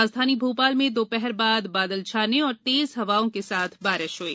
राजधानी भोपाल में दोपहर बाद बादल छाने और तेज हवाओं के साथ बारिश हुई